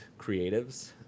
creatives